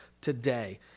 today